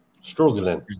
Struggling